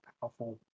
powerful